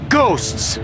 ghosts